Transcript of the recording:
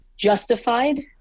justified